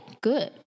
good